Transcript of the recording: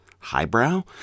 highbrow